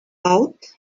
out